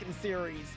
series